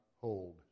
hold